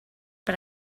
per